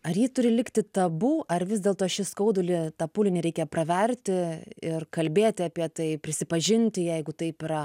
ar ji turi likti tabu ar vis dėlto šį skaudulį tą pūlinį reikia praverti ir kalbėti apie tai prisipažinti jeigu taip yra